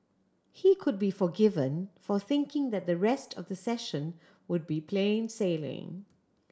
he could be forgiven for thinking that the rest of the session would be plain sailing